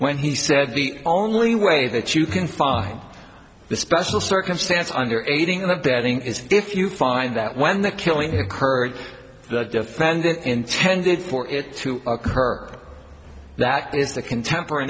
when he said the only way that you can find the special circumstance under aiding and abetting is if you find that when the killing to occurred the defendant intended for it to occur that is the contemporary